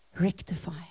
Rectify